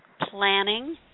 planning